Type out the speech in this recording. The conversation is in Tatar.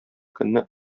көнне